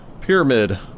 pyramid